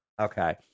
Okay